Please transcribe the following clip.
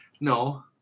no